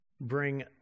bring